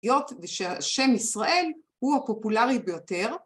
היות שהשם ישראל הוא הפופולרי ביותר.